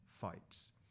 fights